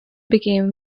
became